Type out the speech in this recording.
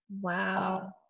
Wow